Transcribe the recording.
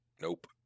Nope